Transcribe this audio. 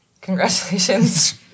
Congratulations